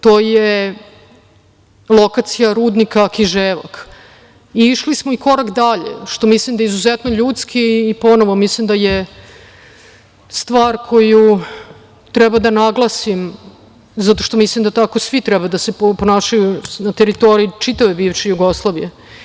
To je lokacija Rudnika Kiževak i išli smo i korak dalje, što mislim da je izuzetno ljudski i ponovo mislim da je stvar koju treba da naglasim zato što mislim da tako svi treba da se ponašaju na teritoriji čitave bivše Jugoslavije.